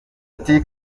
ati